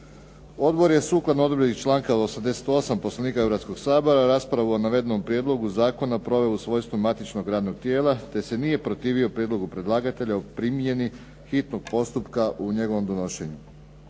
Odbor je sukladno odredbi članka 88. Poslovnika Hrvatskog sabora raspravilo o navedenom prijedlogu zakona, provelo u svojstvu matičnog radnog tijela, te se nije protivio prijedlogu predlagatelja o primjeni hitnog postupka u njegovom donošenju.